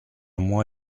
moi